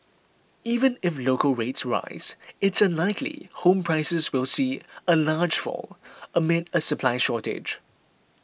even if local rates rise it's unlikely home prices will see a large fall amid a supply shortage